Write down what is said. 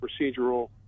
procedural